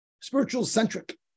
spiritual-centric